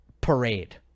parade